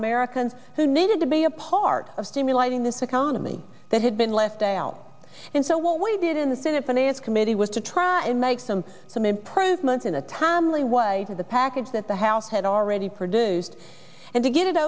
americans who needed to be a part of stimulating this economy that had been left out and so what we did in the senate finance committee was to try to make some some improvements in a timely way with the package that the house had already produced and to get it